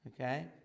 okay